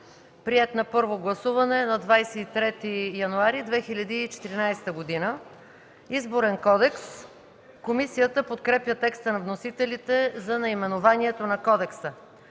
приет на първо гласуване на 23 януари 2014 г. „Изборен кодекс” Комисията подкрепя текста на вносителите за наименованието на кодекса.